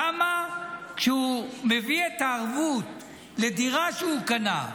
למה כשהוא מביא את הערבות לדירה שהוא קנה,